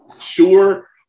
sure